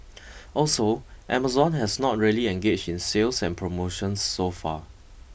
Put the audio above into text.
also Amazon has not really engaged in sales and promotions so far